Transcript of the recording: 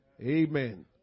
Amen